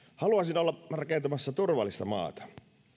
haluaisin olla rakentamassa turvallista maata